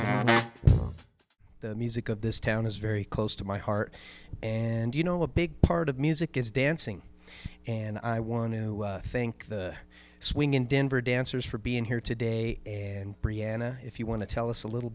well the music of this town is very close to my heart and you know a big part of music is dancing and i want to think the swing in denver dancers for being here today and brianna if you want to tell us a little